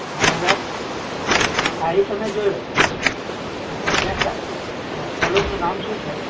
બરાબર હા એ તો મેં જોયો અચ્છા ત્યાં સલુનનું નામ શું છે